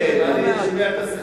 אני טיפלתי בזה לא מעט.